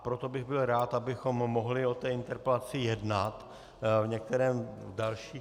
Proto bych byl rád, abychom mohli o interpelaci jednat v některém z dalších...